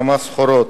החרמת סחורות,